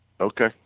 Okay